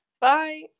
Bye